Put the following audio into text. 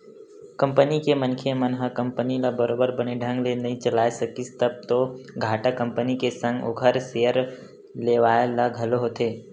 company के मनखे मन ह कंपनी ल बरोबर बने ढंग ले नइ चलाय सकिस तब तो घाटा कंपनी के संग ओखर सेयर लेवाल ल घलो होथे